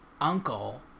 uncle